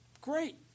great